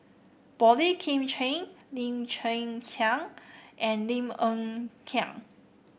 Boey Kim Cheng Lim Chwee Chian and Lim Hng Kiang